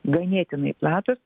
ganėtinai platūs